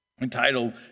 entitled